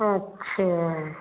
अच्छा